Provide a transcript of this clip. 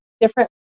different